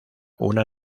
una